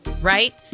right